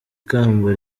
kamba